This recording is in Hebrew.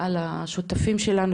על השותפים שלנו,